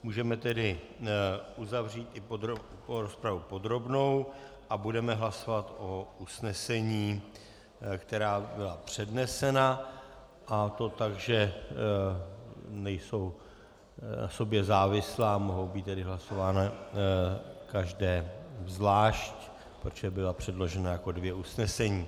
Můžeme tedy uzavřít i rozpravu podrobnou a budeme hlasovat o usnesení, která byla přednesena, a to tak, že nejsou na sobě závislá, může být tedy hlasováno každé zvlášť, protože byla předložena jako dvě usnesení.